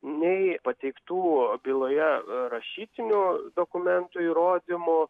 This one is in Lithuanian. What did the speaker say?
nei pateiktų byloje rašytinių dokumentų įrodymų